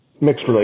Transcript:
mixed